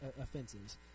offenses